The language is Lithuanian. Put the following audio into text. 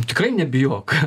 tikrai nebijok